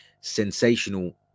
sensational